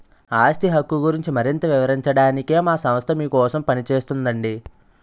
ఆస్తి హక్కు గురించి మరింత వివరించడానికే మా సంస్థ మీకోసం పనిచేస్తోందండి